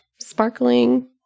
sparkling